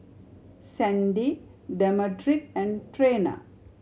Sandie Demetric and Trena